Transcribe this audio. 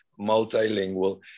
multilingual